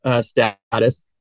status